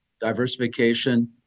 diversification